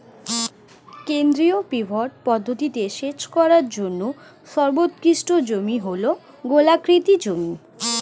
কেন্দ্রীয় পিভট পদ্ধতিতে সেচ করার জন্য সর্বোৎকৃষ্ট জমি হল গোলাকৃতি জমি